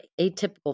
atypical